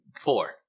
four